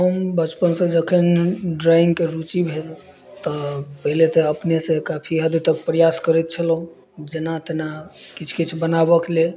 हम बचपन से जखन ड्रॉइंगके रुचि भेल तऽ पहिले तऽ अपने से काफी हद तक प्रयास करैत छलहुॅं जेना तेना किछु किछु बनाबऽके लेल